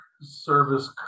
Service